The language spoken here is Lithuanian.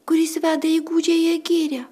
kuris veda į gūdžiąją girią